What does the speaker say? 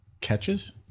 Catches